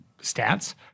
stance